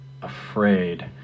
afraid